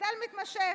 מחדל מתמשך.